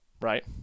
Right